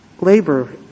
Labor